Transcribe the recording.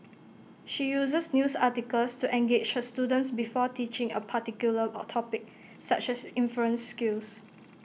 she uses news articles to engage her students before teaching A particular of topic such as inference skills